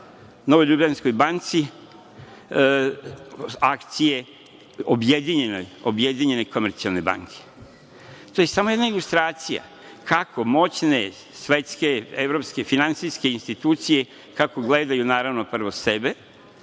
prodala „NLB“ banci akcije objedinjene „Komercijalne banke“.To je samo jedna ilustracija kako moćne svetske, evropske, finansijske institucije, kako gledaju naravno prvo sebe